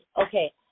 Okay